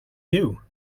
you